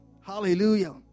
Hallelujah